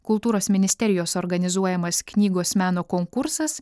kultūros ministerijos organizuojamas knygos meno konkursas